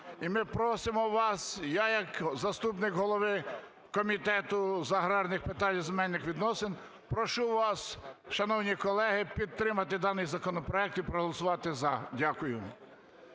і ми просимо вас, я як заступник голови Комітету з аграрних питань і земельних відносин прошу вас, шановні колеги, підтримати даний законопроект і проголосувати "за". Дякую.